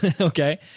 Okay